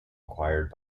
acquired